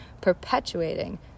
perpetuating